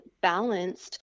balanced